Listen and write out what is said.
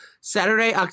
Saturday